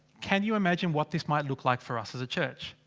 can you imagine what this might look like for us as a church?